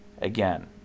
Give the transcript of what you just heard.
again